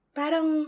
parang